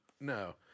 no